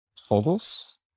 photos